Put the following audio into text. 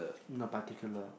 no particular